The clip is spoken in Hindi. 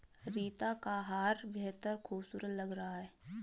रीता का हार बेहद खूबसूरत लग रहा है